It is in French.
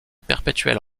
perpétuelle